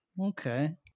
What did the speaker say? Okay